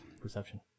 Perception